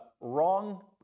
wrong